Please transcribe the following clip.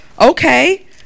okay